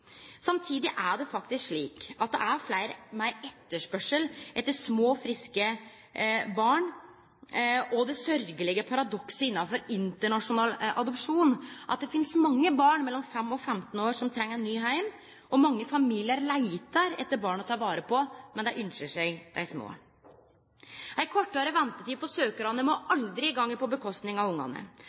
Samtidig er det faktisk slik at det er meir etterspørsel etter små, friske barn. Det sørgjelege paradokset innanfor internasjonal adopsjon er at det finst mange barn mellom fem og 15 år som treng ein ny heim, og mange familiar leitar etter barn å ta vare på, men dei ynskjer seg dei små. Ei kortare ventetid for søkjarane må aldri gå ut over barna, aldri gå ut over ei grundig og god vurdering av